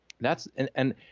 that's—and